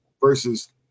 Versus